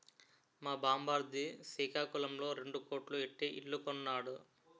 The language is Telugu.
మా బామ్మర్ది సికాకులంలో రెండు కోట్లు ఎట్టి ఇల్లు కొన్నాడు